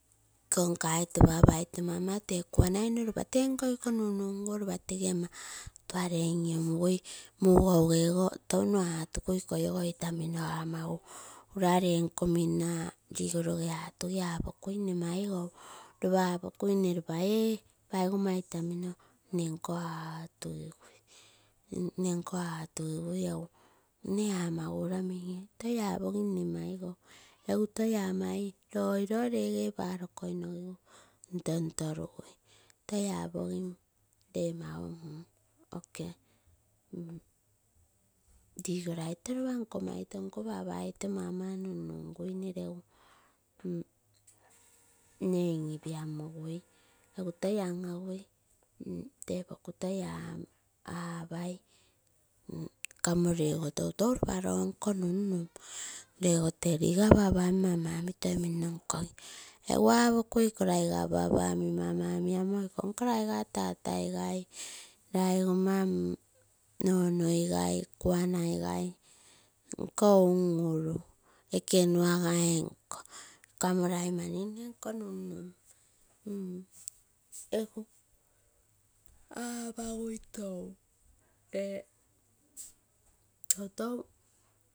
Iko nkoomai too papa oito mama ropa tee nko ikoo nun nunguo, magou gee goo ikoi ogo itamino apagu ura lenkoo mina rigonoge atugi. Nne apokui nne maigou. Nne ropa apokui nne ropa ee paigoma itamino nego atugigui, nne amagu ura minge toi apogim maigou egu toi ama, loo loge paro koi nogim piguu nnotorungui, toi apogim lee mau okee rigoraito ropa nkoma oito papa oito mama nun nungui nne in inpiamugu egu toi an agui tepoku toi amui apai amo lego toitou ropa lonko nun-nun. Lego tee riga papa omi toi mino nkogim ega apokui iko raiga papa omi mama omi, raigu tatai gai, laigoma nnonoi gai kuanai gai iko uruuru ekenoagai nko kamo lai mani, lenko nun-nun, egu apagui tou lee toutou.